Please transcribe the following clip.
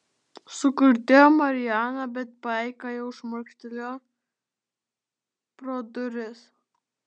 sukuždėjo mariana bet paika jau šmurkštelėjo pro duris